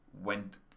Went